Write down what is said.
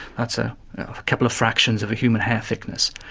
that's a couple of fractions of a human hair thickness.